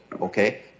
okay